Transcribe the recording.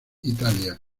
italia